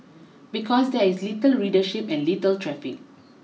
because there is little readership and little traffic